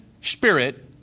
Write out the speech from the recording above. spirit